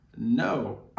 No